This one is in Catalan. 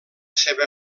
seva